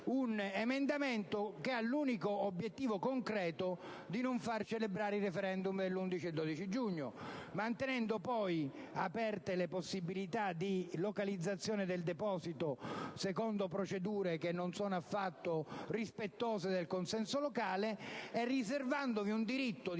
un emendamento che ha l'unico obiettivo concreto di non far celebrare il *referendum* dell'11 e 12 giugno, mantenendovi poi aperte le possibilità di localizzazione del deposito secondo procedure che non sono affatto rispettose del consenso locale e riservandovi un diritto di